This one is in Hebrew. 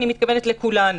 אני מתכוונת לכולנו,